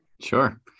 Sure